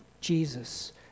Jesus